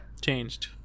changed